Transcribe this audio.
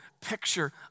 picture